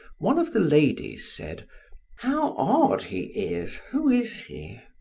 one of the ladies said how odd he is! who is he?